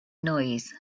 noise